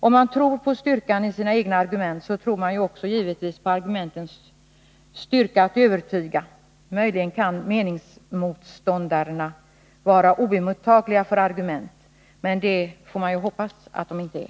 Om man tror på styrkan i sina egna argument, tror man givetvis också på argumentens styrka att övertyga. Möjligen kan meningsmotståndarna vara oemottagliga för argument, men det får man hoppas att de inte är.